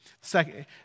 Second